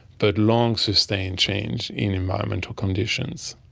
but long sustained change in environmental conditions.